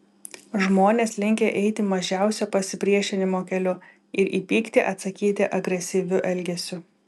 žmonės linkę eiti mažiausio pasipriešinimo keliu ir į pyktį atsakyti agresyviu elgesiu